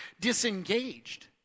disengaged